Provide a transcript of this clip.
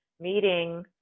meeting